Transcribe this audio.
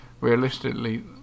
realistically